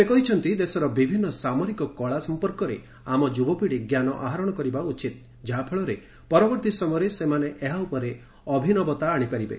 ସେ କହିଛନ୍ତି ଦେଶର ବିଭିନ୍ନ ସାମରିକ କଳା ସଂପର୍କରେ ଆମ ଯୁବପିଢ଼ି ଜ୍ଞାନ ଆହରଣ କରିବା ଉଚିତ ଯାହାଫଳରେ ପରବର୍ତ୍ତୀ ସମୟରେ ସେମାନେ ଏହା ଉପରେ ଅଭିନବତା ଆଣିପାରିବେ